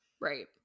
right